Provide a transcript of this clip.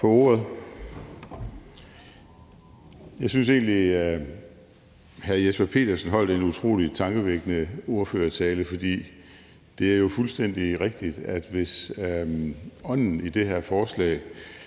ordet. Jeg synes egentlig, at hr. Jesper Petersen holdt en utrolig tankevækkende ordførertale, for det er jo fuldstændig rigtigt, at hvis ånden i det her forslag